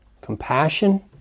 compassion